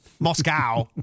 Moscow